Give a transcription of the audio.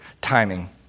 timing